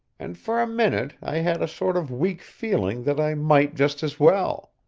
and for a minute i had a sort of weak feeling that i might just as well.